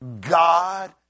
God